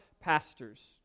pastors